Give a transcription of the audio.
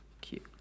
Cute